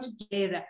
together